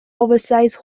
oversize